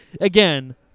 Again